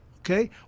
Okay